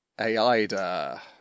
Aida